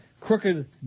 crooked